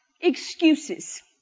excuses